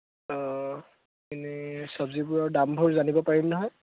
এনেই চব্জিবোৰৰ দামবোৰ জানিব পাৰিম নহয়